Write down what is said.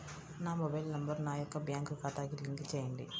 నా mobile number నా యొక్క బ్యాంక్ ఖాతాకి లింక్ చేయండీ?